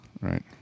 Right